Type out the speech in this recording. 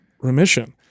remission